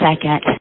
second